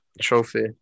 trophy